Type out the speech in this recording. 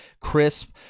crisp